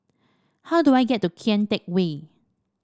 how do I get to Kian Teck Way